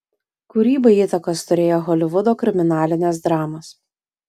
kūrybai įtakos turėjo holivudo kriminalinės dramos